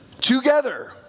together